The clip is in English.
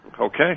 Okay